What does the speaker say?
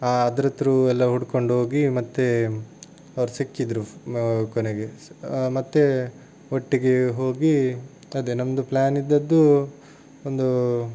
ಅದರ ತ್ರೂ ಎಲ್ಲ ಹುಡ್ಕೊಂಡೋಗಿ ಮತ್ತೆ ಅವರು ಸಿಕ್ಕಿದರು ಕೊನೆಗೆ ಮತ್ತೆ ಒಟ್ಟಿಗೆ ಹೋಗಿ ಅದೇ ನಮ್ಮದು ಪ್ಲ್ಯಾನ್ ಇದ್ದದ್ದು ಒಂದು